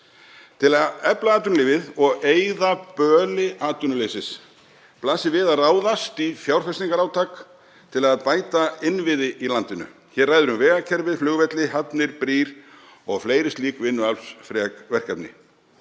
Til að efla atvinnulífið og eyða böli atvinnuleysis blasir við að ráðast í fjárfestingarátak til að bæta innviði í landinu. Hér ræðir um vegakerfið, flugvelli, hafnir, brýr og fleiri slík vinnuaflsfrek verkefni.